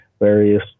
various